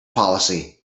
policy